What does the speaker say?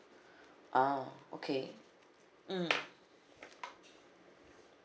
ah okay mm